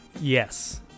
Yes